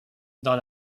dans